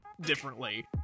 differently